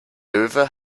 löwe